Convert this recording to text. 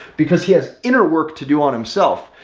because he has inner work to do on himself.